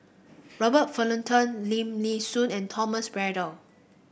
Robert Fullerton Lim Nee Soon and Thomas Braddell